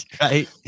right